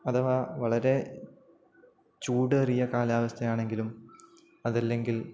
അഥവാ വളരെ ചൂടേറിയ കാലാവസ്ഥയാണെങ്കിലും അതല്ലെങ്കിൽ